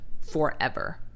forever